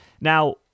Now